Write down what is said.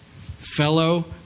Fellow